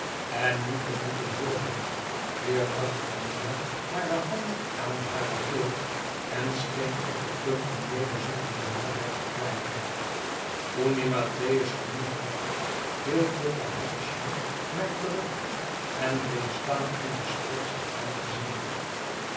en nu te moeten hooren hier bracht camilla hare hand aan hare keel en scheen op het punt om weder zulk eene benauwdheid te krijgen toen die mattheus genoemd werd hield jufvrouw havisham mij terug en bleef staan om de spreekster aan te zien